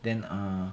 then err